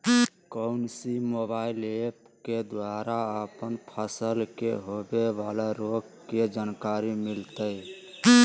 कौन सी mobile app के द्वारा अपन फसल के होबे बाला रोग के जानकारी मिलताय?